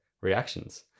reactions